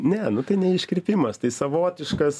ne nu tai ne iškrypimas tai savotiškas